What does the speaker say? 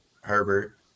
Herbert